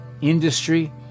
industry